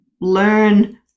learn